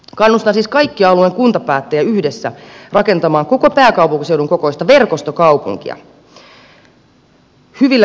kannustan siis kaikkia alueen kuntapäättäjiä yhdessä rakentamaan koko pääkaupunkiseudun kokoista verkostokaupunkia hyvillä joukkoliikenneyhteyksillä